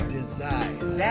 desire